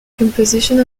composition